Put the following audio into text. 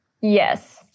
Yes